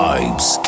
Vibes